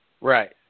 Right